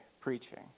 preaching